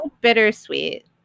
bittersweet